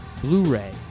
Blu-ray